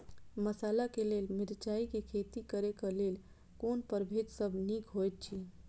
मसाला के लेल मिरचाई के खेती करे क लेल कोन परभेद सब निक होयत अछि?